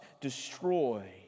destroy